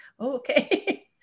okay